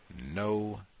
no